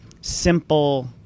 simple